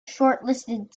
shortlisted